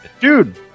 Dude